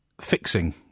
fixing